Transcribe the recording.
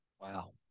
Wow